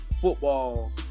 football